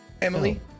Emily